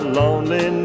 lonely